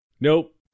Nope